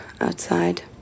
outside